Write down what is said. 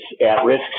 at-risk